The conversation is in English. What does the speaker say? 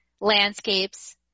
landscapes